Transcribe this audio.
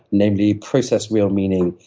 namely process real meaning,